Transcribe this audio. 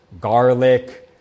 garlic